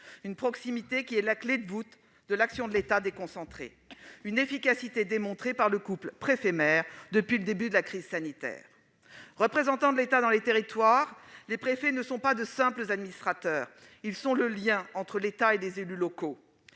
une proximité qui est la clé de voûte de l'action de l'État déconcentré- le couple préfet-maire a démontré toute son efficacité depuis le début de la crise sanitaire. Représentants de l'État dans les territoires, les préfets ne sont pas de simples administrateurs. Ils sont le lien entre l'État et les élus locaux.